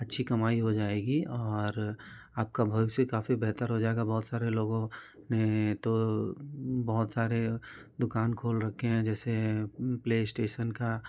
अच्छी कमाई हो जाएगी और आपका भविस्य काफ़ी बेहतर हो जाएगा बहुत सारे लोगों ने तो बहुत सारी दुकानें खोल रखी हैं जैसे प्लेस्टेसन का